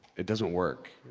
it doesn't work,